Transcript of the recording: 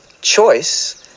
Choice